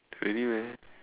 really meh